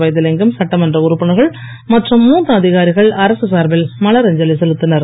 வைத்திவிங்கம் சட்டமன்ற உறுப்பினர்கள் மற்றும் மூத்த அதிகாரிகள் அரசு சார்பில் மலரஞ்சலி செலுத்தினர்